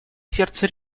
сердце